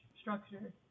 structure